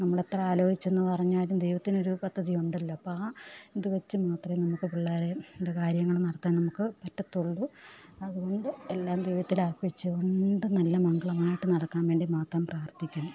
നമ്മളെത്ര ആലോചിച്ചെന്ന് പറഞ്ഞാലും ദൈവത്തിനൊരു പദ്ധതിയുണ്ടല്ലോ അപ്പം ആ ഇതു വച്ച് മാത്രമേ നമുക്ക് പിള്ളേരെ ഇത് കാര്യങ്ങൾ നടത്താൻ നമുക്ക് പറ്റത്തുള്ളു അതുകൊണ്ട് എല്ലാം ദൈവത്തിലർപ്പിച്ചുകൊണ്ട് നല്ല മംഗളമായിട്ട് നടക്കാൻ വേണ്ടി മാത്രം പ്രാർത്ഥിക്കണം